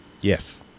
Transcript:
Yes